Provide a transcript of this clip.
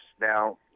Now